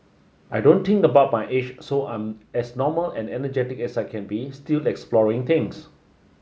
I don't think about my age so I'm as normal and energetic as I can be still exploring things